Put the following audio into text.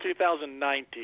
2019